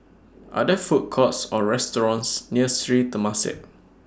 Are There Food Courts Or restaurants near Sri Temasek